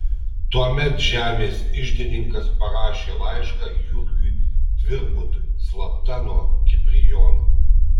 tuomet žemės iždininkas parašė laišką jurgiui tvirbutui slapta nuo kiprijono